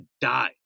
die